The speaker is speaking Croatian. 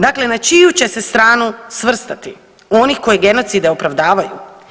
Dakle, na čiju će se stranu svrstati oni koji genocide opravdavaju?